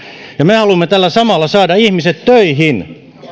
ja me haluamme tällä saada samalla ihmiset töihin